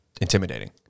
intimidating